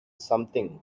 something